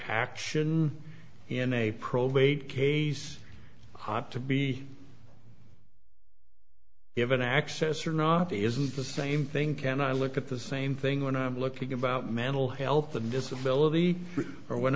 action in a probate case hot to be given access or not isn't the same thing can i look at the same thing when i'm looking about mental health and disability or when